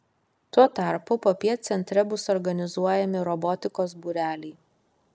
tuo tarpu popiet centre bus organizuojami robotikos būreliai